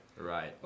Right